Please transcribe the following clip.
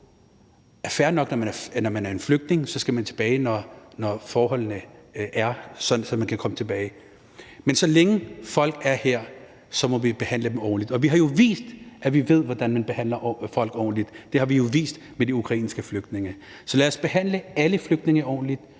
fair nok, at man skal tilbage, når forholdene er sådan, at man kan komme tilbage, men lad os i stedet fokusere på, at så længe folk er her, må vi behandle dem ordentligt. Og vi har jo vist, at vi ved, hvordan man behandler folk ordentligt – det har vi jo vist med de ukrainske flygtninge. Så lad os behandle alle flygtninge ordentligt,